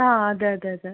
ആ അതെ അതെ അതെ